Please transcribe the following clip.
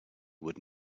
would